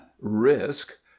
risk